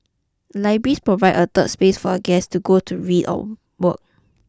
libraries provide a 'third space' for a guest to go to read or work